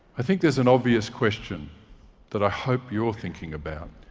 i think there's an obvious question that i hope you're thinking about.